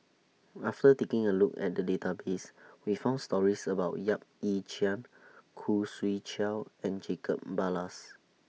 after taking A Look At The Database We found stories about Yap Ee Chian Khoo Swee Chiow and Jacob Ballas